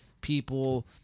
people